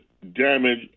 damage